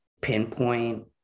pinpoint